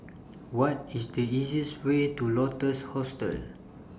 What IS The easiest Way to Lotus Hostel